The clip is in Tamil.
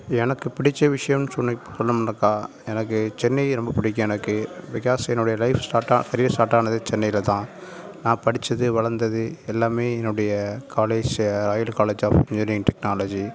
எனக்கு புடித்த விஷியோம் சொன்னிக் சொன்னம்னாக்கா எனக்கு சென்னையை ரொம்ப பிடிக்கும் எனக்கு பிகாஸ் என்னுடைய லைஃப் ஸ்டார்ட்டா கரியர் ஸ்டார்ட் ஆனது சென்னையில் தான் நா படிச்சது வளர்ந்தது எல்லாம் என்னுடைய காலேஜ் ஐடு காலேஜ் ஆஃப் இன்ஜினியரிங் டெக்னாலஜி